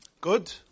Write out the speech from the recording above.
Good